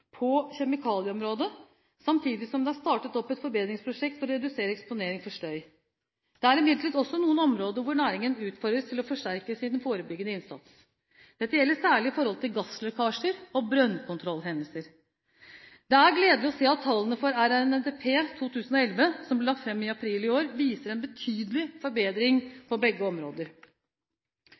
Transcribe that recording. på kjemikalieområdet, samtidig som det er startet opp et forbedringsprosjekt for å redusere eksponering for støy. Det er imidlertid også noen områder hvor næringen utfordres til å forsterke sin forebyggende innsats. Det gjelder særlig gasslekkasjer og brønnkontrollhendelser. Det er gledelig å se at tallene for RNNP 2011, som ble lagt fram i april i år, viser en betydelig forbedring på begge områder.